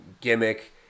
gimmick